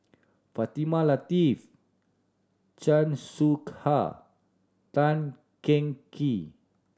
Fatimah Lateef Chan Soh Ha Tan Cheng Kee